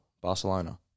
Barcelona